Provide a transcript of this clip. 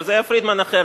אבל זה היה פרידמן אחר,